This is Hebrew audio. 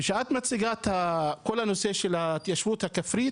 כשאת מציגה את כל הנושא של ההתיישבות הכפרית,